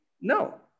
no